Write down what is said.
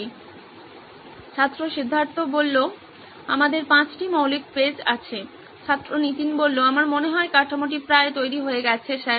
ছাত্র সিদ্ধার্থ আমাদের পাঁচটি মৌলিক পেজ আছে ছাত্র নীতিন আমার মনে হয় কাঠামোটি প্রায় তৈরি হয়ে গেছে স্যার